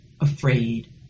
afraid